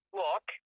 look